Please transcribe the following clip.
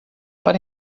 para